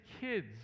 kids